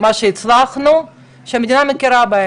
מה שהצלחנו למצוא זה את אלה שהמדינה מכירה בהם,